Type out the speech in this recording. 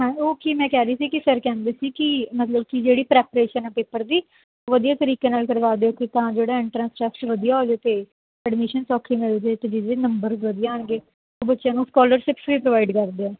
ਹਾਂ ਉਹ ਕੀ ਮੈਂ ਕਹਿ ਰਹੀ ਸੀ ਕਿ ਸਰ ਕਹਿੰਦੇ ਸੀ ਕਿ ਮਤਲਬ ਕਿ ਜਿਹੜੀ ਪ੍ਰੈਪਰੇਸ਼ਨ ਹੈ ਪੇਪਰ ਦੀ ਵਧੀਆ ਤਰੀਕੇ ਨਾਲ ਕਰਵਾ ਦਿਓ ਕਿ ਤਾਂ ਜਿਹੜਾ ਇੰਟਰੈਂਸ ਵਧੀਆ ਹੋ ਜੇ ਅਤੇ ਐਡਮਿਸ਼ਨ ਸੌਖੀ ਮਿਲ ਜਾਵੇ ਅਤੇ ਜਿਹਦੇ ਨੰਬਰ ਵਧੀਆ ਆਉਣਗੇ ਉਹ ਬੱਚਿਆਂ ਨੂੰ ਸਕੋਲਰਸ਼ਿਪ ਵੀ ਪ੍ਰੋਵਾਈਡ ਕਰਦੇ ਆ